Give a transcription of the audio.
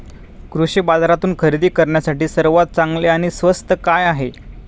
कृषी बाजारातून खरेदी करण्यासाठी सर्वात चांगले आणि स्वस्त काय आहे?